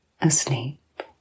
asleep